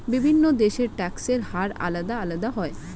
বিভিন্ন দেশের ট্যাক্সের হার আলাদা আলাদা হয়